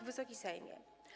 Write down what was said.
Wysoki Sejmie!